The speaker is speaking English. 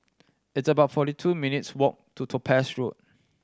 it's about forty two minutes' walk to Topaz Road